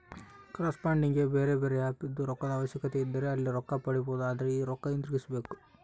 ಕ್ರೌಡ್ಫಂಡಿಗೆ ಬೇರೆಬೇರೆ ಆಪ್ ಇದ್ದು, ರೊಕ್ಕದ ಅವಶ್ಯಕತೆಯಿದ್ದರೆ ಅಲ್ಲಿ ರೊಕ್ಕ ಪಡಿಬೊದು, ಆದರೆ ಈ ರೊಕ್ಕ ಹಿಂತಿರುಗಿಸಬೇಕು